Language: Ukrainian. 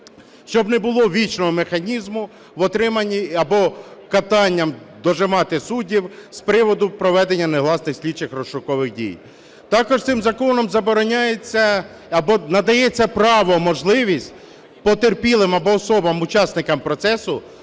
Щоб не було вічного механізму в отриманні або катанням дожимати суддів з приводу проведення негласних слідчих розшукових дій. Також цим законом забороняється або надається право (можливість) потерпілим або особам-учасникам процесу